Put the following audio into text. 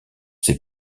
ses